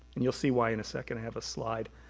and you'll see why in a second, i have a slide.